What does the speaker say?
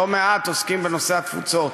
לא מעט עוסקים בנושא התפוצות.